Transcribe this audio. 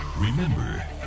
Remember